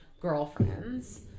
girlfriends